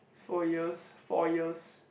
four years four years